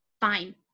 fine